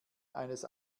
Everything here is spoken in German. eines